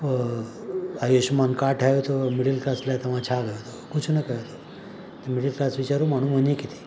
Ayushman card ठाहियो अथव middle class लाइ तव्हां छा कयो अथव कुझु न कयो अथव त मिडिल क्लास वेचारो माण्हू वञे किथे